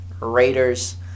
Raiders